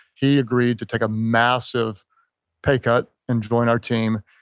he agreed to take a massive pay cut and join our team.